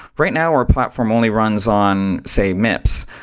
right now our platform only runs on, say, mips.